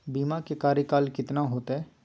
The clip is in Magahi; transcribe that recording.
बीमा के कार्यकाल कितना होते?